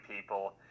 people